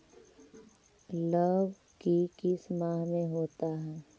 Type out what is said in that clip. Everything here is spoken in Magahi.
लव की किस माह में होता है?